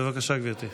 בבקשה, גברתי,